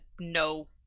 no